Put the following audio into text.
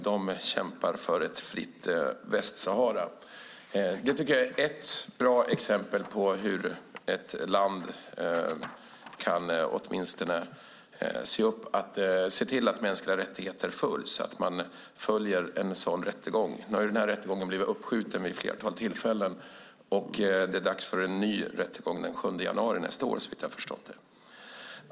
De kämpar för ett fritt Västsahara. Jag tycker att detta att man följer den här rättegången är ett bra exempel på hur ett land kan se till att mänskliga rättigheter följs. Nu har den här rättegången blivit uppskjuten vid ett flertal tillfällen, och det är dags för en ny rättegång den 7 januari nästa år såvitt jag har förstått.